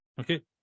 Okay